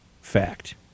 fact